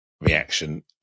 reaction